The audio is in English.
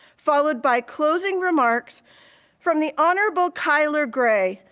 followed by closing remarks from the honorable kyler gray,